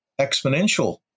exponential